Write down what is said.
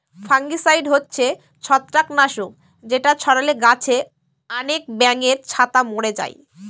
fungicide হচ্ছে ছত্রাক নাশক যেটা ছড়ালে গাছে আনেক ব্যাঙের ছাতা মোরে যায়